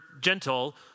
gentle